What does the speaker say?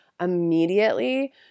immediately